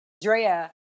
Drea